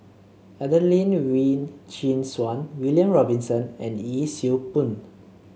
Adelene Wee Chin Suan William Robinson and Yee Siew Pun